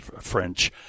French